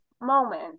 moment